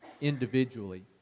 individually